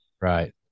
Right